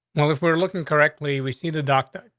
well, if we're looking correctly, we see the doctor,